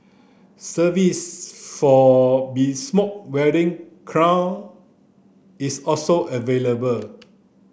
for bespoke wedding is also available